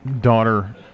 daughter